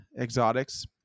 exotics